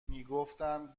میگفتند